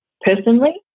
personally